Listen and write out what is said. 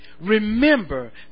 Remember